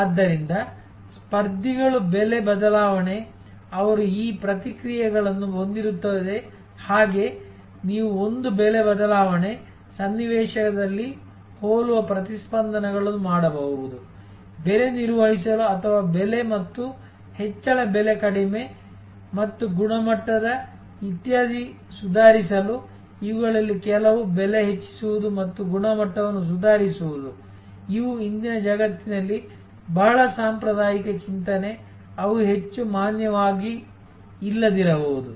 ಆದ್ದರಿಂದ ಸ್ಪರ್ಧಿಗಳು ಬೆಲೆ ಬದಲಾವಣೆ ಅವರು ಈ ಪ್ರತಿಕ್ರಿಯೆಗಳನ್ನು ಹೊಂದಿರುತ್ತದೆ ಹಾಗೆ ನೀವು ಒಂದು ಬೆಲೆ ಬದಲಾವಣೆ ಸನ್ನಿವೇಶದಲ್ಲಿ ಹೋಲುವ ಪ್ರತಿಸ್ಪಂದನಗಳು ಮಾಡಬಹುದು ಬೆಲೆ ನಿರ್ವಹಿಸಲು ಅಥವಾ ಬೆಲೆ ಮತ್ತು ಹೆಚ್ಚಳ ಬೆಲೆ ಕಡಿಮೆ ಮತ್ತು ಗುಣಮಟ್ಟದ ಇತ್ಯಾದಿ ಸುಧಾರಿಸಲು ಇವುಗಳಲ್ಲಿ ಕೆಲವು ಬೆಲೆ ಹೆಚ್ಚಿಸುವುದು ಮತ್ತು ಗುಣಮಟ್ಟವನ್ನು ಸುಧಾರಿಸುವುದು ಇವು ಇಂದಿನ ಜಗತ್ತಿನಲ್ಲಿ ಬಹಳ ಸಾಂಪ್ರದಾಯಿಕ ಚಿಂತನೆ ಅವು ಹೆಚ್ಚು ಮಾನ್ಯವಾಗಿಲ್ಲದಿರಬಹುದು